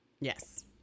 Yes